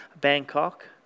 Bangkok